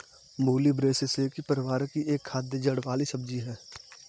मूली ब्रैसिसेकी परिवार की एक खाद्य जड़ वाली सब्जी है